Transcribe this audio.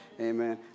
Amen